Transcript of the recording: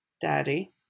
Daddy